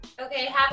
Okay